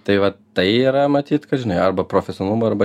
tai va tai yra matyt kad žinai arba profesionalumo arba